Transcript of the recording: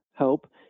help